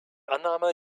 annahme